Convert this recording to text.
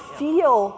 feel